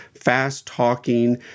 fast-talking